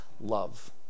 love